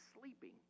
sleeping